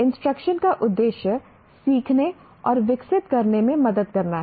instruction का उद्देश्य सीखने और विकसित करने में मदद करना है